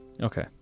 Okay